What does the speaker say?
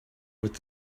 with